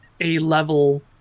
A-level